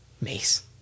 mace